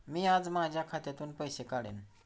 मी आज माझ्या खात्यातून पैसे काढेन